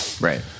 right